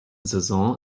saison